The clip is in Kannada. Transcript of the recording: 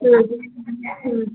ಹ್ಞೂ ಹ್ಞೂ